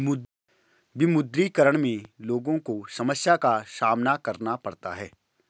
विमुद्रीकरण में लोगो को समस्या का सामना करना पड़ता है